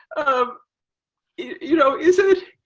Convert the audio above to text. um you know, is it.